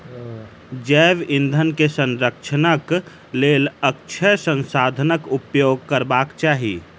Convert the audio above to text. जैव ईंधन के संरक्षणक लेल अक्षय संसाधनाक उपयोग करबाक चाही